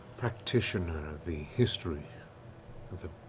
practitioner of the history of the